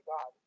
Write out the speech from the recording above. God